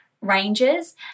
ranges